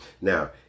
Now